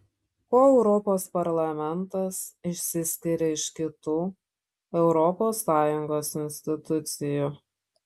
kuo europos parlamentas išsiskiria iš kitų europos sąjungos institucijų